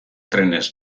trenez